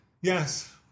Yes